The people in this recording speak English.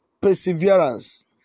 Perseverance